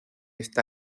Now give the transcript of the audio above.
esta